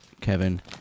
Kevin